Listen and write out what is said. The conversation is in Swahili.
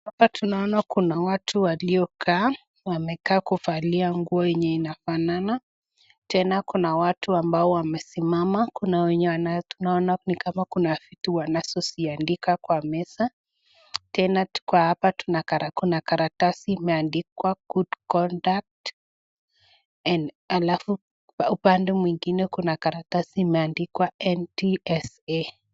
Hapa tunaona kuna watu waliokaa wamekaa kuvalia nguo yenye inafanana. Tena kuna watu ambao wamesimama, kuna wenye tunaona ni kama kuna vitu wanaandika kwa meza. Tena hapa kuna karatasi imeandikwa Good conduct . Alafu upande mwingine kuna karatasi imeandikwa NTSA .